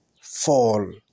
fall